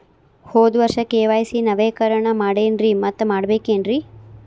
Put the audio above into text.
ಹೋದ ವರ್ಷ ಕೆ.ವೈ.ಸಿ ನವೇಕರಣ ಮಾಡೇನ್ರಿ ಮತ್ತ ಮಾಡ್ಬೇಕೇನ್ರಿ?